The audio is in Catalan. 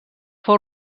fou